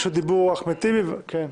אחמד טיבי, בבקשה.